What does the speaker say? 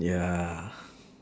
ya